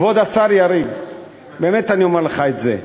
כבוד השר יריב, באמת אני אומר לך את זה: